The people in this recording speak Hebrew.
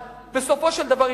בסופו של דבר,